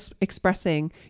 expressing